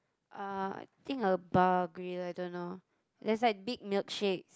uh think a bar grill I don't know there's like big milkshake